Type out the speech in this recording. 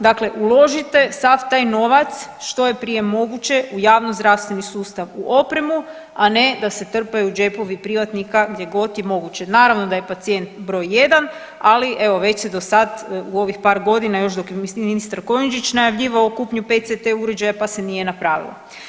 Dakle, uložite sav taj novac što je prije moguće u javnozdravstveni sustav u opremu a ne da se trpaju džepovi privatnika gdje god je moguće, naravno da je pacijent broj jedan, ali evo već se do sad u ovih par godina još dok je ministar Kujundžić najavljivao kupnju PCT uređaja, pa se nije napravilo.